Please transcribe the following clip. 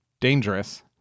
dangerous